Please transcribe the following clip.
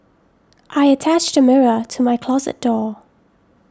I attached a mirror to my closet door